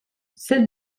celle